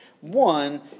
One